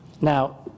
Now